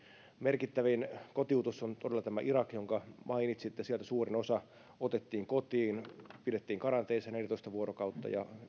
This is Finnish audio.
merkittävin kotiutus on todella tämä irak jonka mainitsitte sieltä suurin osa otettiin kotiin pidettiin karanteenissa neljätoista vuorokautta ja